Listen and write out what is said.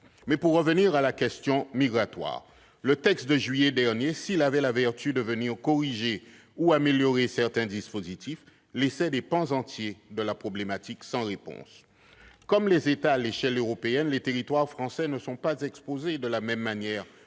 Pour revenir à la question migratoire, le texte de juillet dernier, s'il a la vertu de corriger ou d'améliorer certains dispositifs, laisse des pans entiers de la problématique sans réponse. Comme les États à l'échelle européenne, les territoires français ne sont pas exposés de la même manière